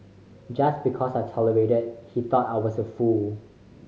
just because I tolerated he thought I was a fool